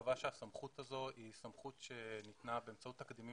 קבע שהסמכות הזו היא סמכות שניתנה באמצעות תקדימים